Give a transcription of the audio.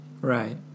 Right